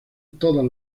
todas